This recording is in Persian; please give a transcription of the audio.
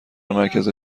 مرکز